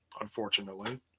unfortunately